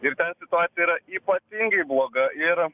ir ten situacija yra ypatingai bloga ir